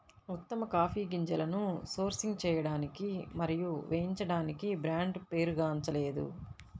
ఉత్తమ కాఫీ గింజలను సోర్సింగ్ చేయడానికి మరియు వేయించడానికి బ్రాండ్ పేరుగాంచలేదు